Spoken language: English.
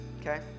okay